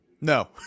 No